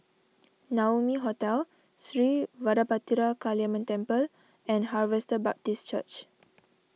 Naumi Hotel Sri Vadapathira Kaliamman Temple and Harvester Baptist Church